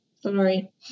Sorry